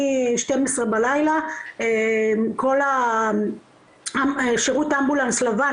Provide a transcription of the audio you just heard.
מ-12 בלילה כל השירות אמבולנס לבן,